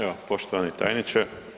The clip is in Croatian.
Evo, poštovani tajniče.